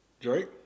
Drake